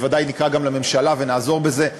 וודאי נקרא גם לממשלה ונעזור בזה,